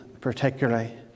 particularly